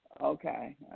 Okay